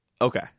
Okay